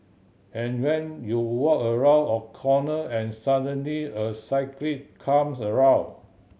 and when you walk around a corner and suddenly a cyclist comes around